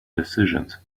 decisions